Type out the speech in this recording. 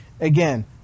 Again